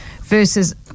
versus